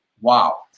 wow